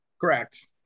Correct